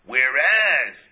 Whereas